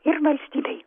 ir valstybei